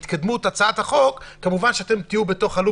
תוך כדי התקדמות הצעת החוק כמובן אתם תהיו בלופ